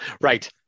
Right